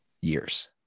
years